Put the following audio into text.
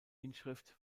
inschrift